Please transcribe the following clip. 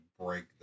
break